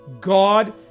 God